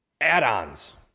add-ons